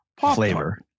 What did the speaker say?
Flavor